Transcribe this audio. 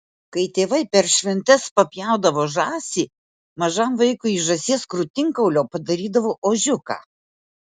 kai tėvai per šventes papjaudavo žąsį mažam vaikui iš žąsies krūtinkaulio padarydavo ožiuką